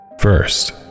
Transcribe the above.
First